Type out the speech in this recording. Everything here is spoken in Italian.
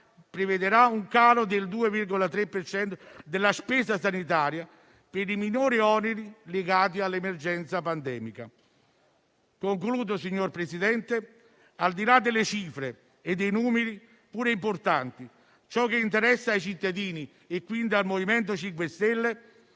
prevedrà un calo del 2,3 per cento della spesa sanitaria, per i minori oneri legati all'emergenza pandemica. Concludendo, signor Presidente, al di là delle cifre e dei numeri, pure importanti, ciò che interessa ai cittadini e quindi al Movimento 5 Stelle è